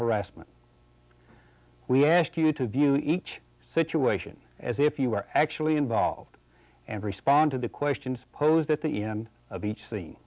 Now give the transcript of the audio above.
harassment we ask you to view each situation as if you were actually involved and respond to the questions posed at the end of each scene